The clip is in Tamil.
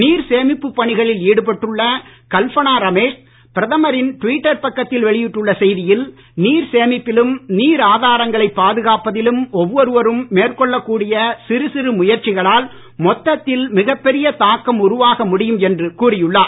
நீர் சேமிப்பு பணிகளில் ஈடுபட்டுள்ள கல்பனா ரமேஷ் பிரதமரின் ட்விட்டர் பக்கத்தில் வெளியிட்டுள்ள செய்தியில் நீர் சேமிப்பிலும் நீர் ஆதாரங்களை பாதுகாப்பதிலும் ஒவ்வொருவரும் மேற்கொள்ள கூடிய சிறு சிறு முயற்சிகளால் மொத்தத்தில் மிகப் பெரிய தாக்கம் உருவாக முடியும் என்று கூறியுள்ளார்